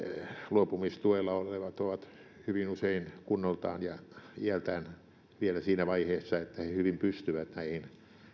luopumistuella olevat ovat hyvin usein kunnoltaan ja iältään vielä siinä vaiheessa että he hyvin pystyvät näihin